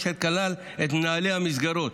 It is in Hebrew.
אשר כלל את מנהלי המסגרות: